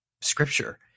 scripture